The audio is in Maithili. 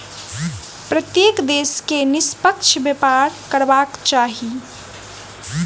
प्रत्येक देश के निष्पक्ष व्यापार करबाक चाही